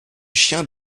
chien